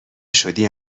شدی